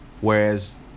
whereas